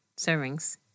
servings